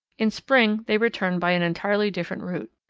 in spring they return by an entirely different route.